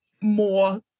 more